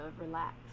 relax